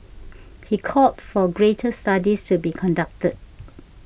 he called for greater studies to be conducted